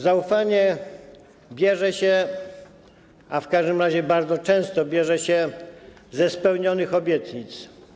Zaufanie bierze się - a w każdym razie bardzo często bierze się - ze spełnionych obietnic.